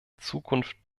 zukunft